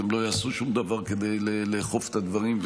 אז הם לא יעשו שום דבר כדי לאכוף את הדברים,